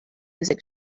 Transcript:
music